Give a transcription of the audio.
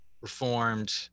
Reformed